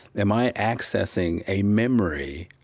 am i accessing a memory